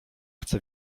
chce